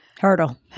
Hurdle